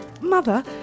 Mother